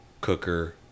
Cooker